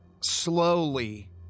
slowly